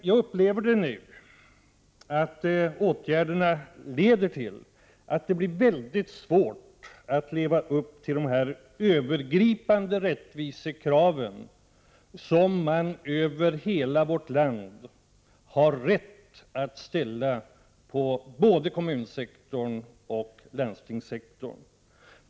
Jag upplever det hela så, att åtgärderna leder till att det blir mycket svårt att leva upp till de övergripande rättvisekrav som man i hela vårt land har rätt att ställa på både kommunsektorn och landstingssektorn.